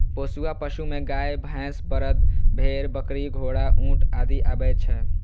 पोसुआ पशु मे गाय, भैंस, बरद, भेड़, बकरी, घोड़ा, ऊंट आदि आबै छै